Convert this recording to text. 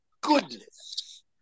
goodness